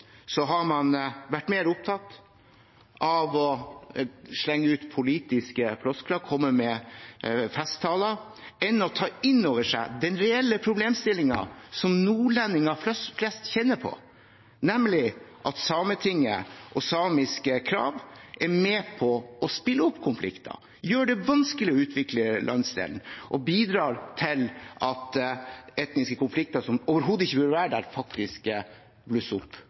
har vært mer opptatt av å slenge ut politiske floskler, komme med festtaler, enn å ta inn over seg den reelle problemstillingen som nordlendinger flest kjenner på, nemlig at Sametinget og samiske krav er med på å spille opp til konflikter, gjør det vanskeligere å utvikle landsdelen og bidrar til at etniske konflikter som overhodet ikke burde være der, faktisk blusser opp.